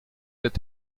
mit